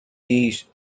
these